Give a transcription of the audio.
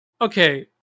okay